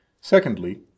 Secondly